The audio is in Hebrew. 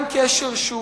גם קשר שהוא